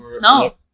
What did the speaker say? No